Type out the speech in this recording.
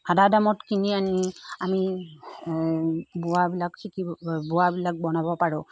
আধা দামত কিনি আনি আমি বোৱাবিলাক শিকিব বোৱাবিলাক বনাব পাৰোঁ